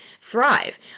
thrive